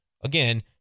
Again